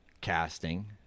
casting